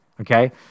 okay